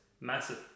massive